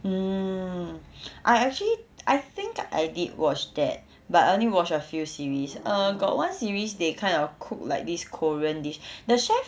mm I actually I think I did watch that but only watch a few series err got one series they kind of cooked like this korean dish the chef